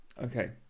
Okay